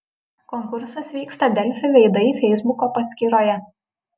konkursas vyksta delfi veidai feisbuko paskyroje